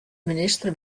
minister